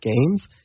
games